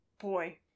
boy